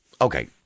okay